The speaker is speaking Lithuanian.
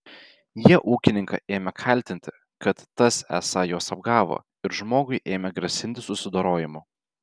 jie ūkininką ėmė kaltinti kad tas esą juos apgavo ir žmogui ėmė grasinti susidorojimu